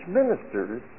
ministers